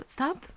Stop